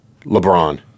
LeBron